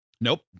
Nope